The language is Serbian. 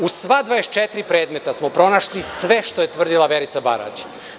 U sva 24 predmeta smo pronašli sve što je tvrdila Verica Barać.